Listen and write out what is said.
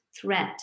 threat